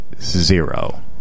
zero